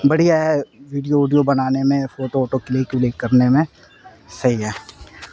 بڑھیا ہے video audio بنانے میں فوٹو اوٹو کلیک الیک کرنے میں صحیح ہے